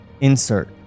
Insert